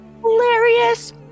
Hilarious